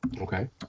Okay